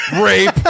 Rape